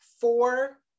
four